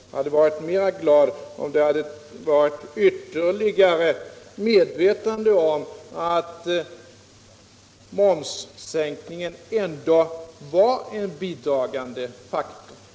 Jag hade varit gladare om herr Wärnberg ännu tydligare hade visat sig vara medveten om att momssänkningen ändå var en bidragande faktor.